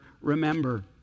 remember